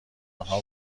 آنها